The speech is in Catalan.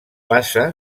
passa